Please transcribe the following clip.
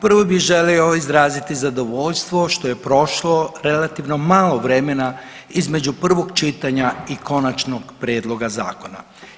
Prvo bih želio izraziti zadovoljstvo što je prošlo relativno malo vremena između prvog čitanja i konačnog prijedloga zakona.